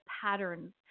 patterns